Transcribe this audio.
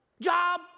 job